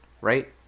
right